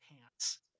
pants